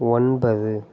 ஒன்பது